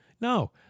no